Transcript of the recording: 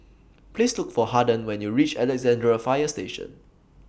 Please Look For Haden when YOU REACH Alexandra Fire Station